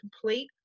complete